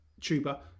tuber